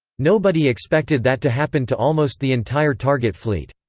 nobody expected that to happen to almost the entire target fleet.